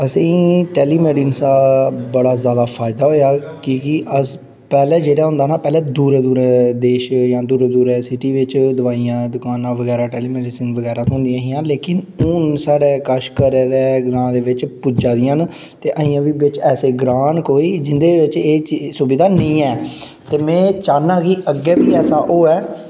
असें टेलीमेडिसिन दा बड़ा फायदा होएया कि कि अस पैह्ले जेह्ड़ा होंदा हा पैह्ले दूरा दूरा देश जां दूरै दी सिटी बिच्च दवाइयां दुकानां बगैरा टेलीमेडिसिन बगैरा थ्होंदियां हियां लेकिन हून साढ़े कच्छ घरै दे ग्रांऽ दे बिच्च पुज्जै दियां न ते अजें बी बिच्च ऐसे ग्रांऽ न कोई जिंदे बिच्च एह् चीज सुविधा नेईं हैन ते में चाहन्नां कि अग्गें बी ऐसा होऐ